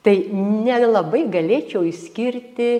tai nelabai galėčiau išskirti